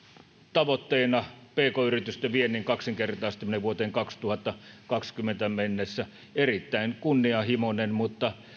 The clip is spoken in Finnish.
tavoitteena pk yritysten viennin kaksinkertaistaminen vuoteen kaksituhattakaksikymmentä mennessä erittäin kunnianhimoinen mutta